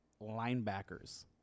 linebackers